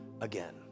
again